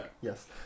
Yes